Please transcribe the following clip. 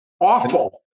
Awful